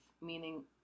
meaning